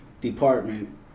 department